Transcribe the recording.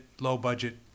low-budget